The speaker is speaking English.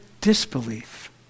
disbelief